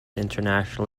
international